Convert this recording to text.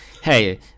hey